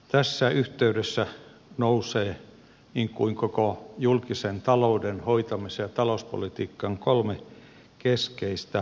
tässä yhteydessä nousee koko julkisen talouden hoitamisen ja talouspolitiikan kannalta kolme keskeistä asiaa